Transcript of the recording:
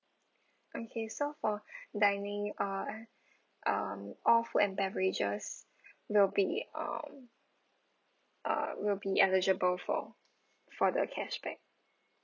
okay so for dining uh um all food and beverage will be um uh will be eligible for for the cashback